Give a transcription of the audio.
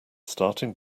starting